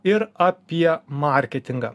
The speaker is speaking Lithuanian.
ir apie marketingą